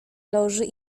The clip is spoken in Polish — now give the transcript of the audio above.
loży